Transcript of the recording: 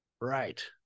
right